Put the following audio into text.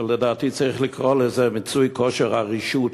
שלדעתי צריך לקרוא לזה מיצוי כושר הרשעות,